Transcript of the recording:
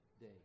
day